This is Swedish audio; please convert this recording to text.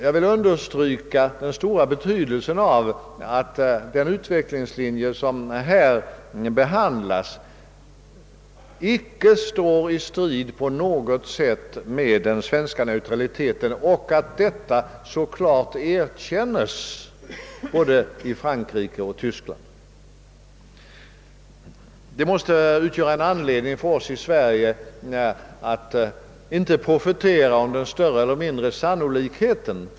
Jag vill också betona den stora betydelsen av att den utveckling som här behandlas icke på något sätt skulle stå 1 strid med den svenska neutralitetspolitiken och att detta klart erkänns både i Frankrike och Tyskland. Det måste utgöra en särskild anledning för oss i Sverige att agera. Det lönar sig föga att profetera om den större eller mindre sannolikheten.